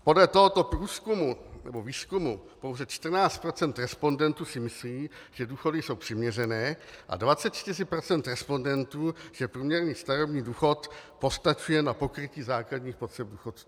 Podle tohoto průzkumu si pouze 14 % respondentů myslí, že důchody jsou přiměřené, a 24 % respondentů, že průměrný starobní důchod postačuje na pokrytí základních potřeb důchodců.